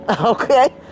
okay